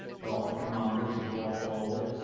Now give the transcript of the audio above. thought the commander as he walked forward.